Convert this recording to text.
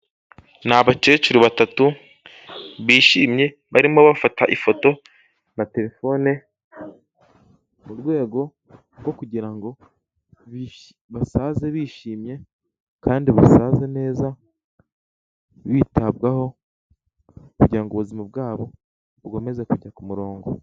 Ni abakecuru batatu bishimye barimo bafata ifoto na terefone, mu rwego rwo kugira ngo ngo basaze bishimye kandi basaze neza, bitabwaho kugira ngo ubuzima bwabo bukomeze kujya ku murongo.